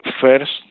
first